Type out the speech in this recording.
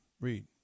Read